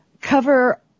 cover